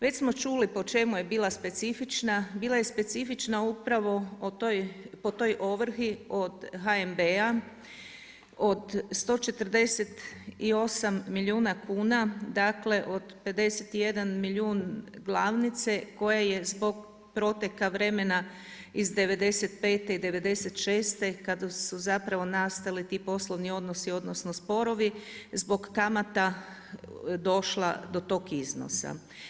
Već smo čuli po čemu je bila specifična, bila je specifična upravo po toj ovrsi od HNB-a od 148 milijuna kuna, dakle od 51 milijun glavnice koje je zbog proteka vremena od '95. i '96. kad su zapravo nastali ti poslovni odnosi odnosno sporovi, zbog kamata došla do tog iznosa.